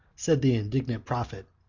said the indignant prophet.